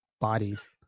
bodies